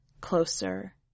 closer